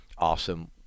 awesome